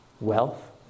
wealth